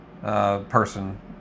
person